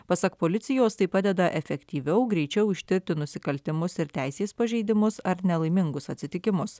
pasak policijos tai padeda efektyviau greičiau ištirti nusikaltimus ir teisės pažeidimus ar nelaimingus atsitikimus